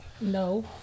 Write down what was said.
No